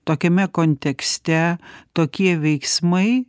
tokiame kontekste tokie veiksmai